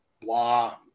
blah